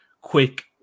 Quick